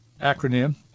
acronym